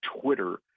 Twitter